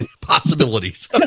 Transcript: possibilities